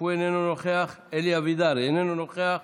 איננו נוכח, אלי אבידר, איננו נוכח,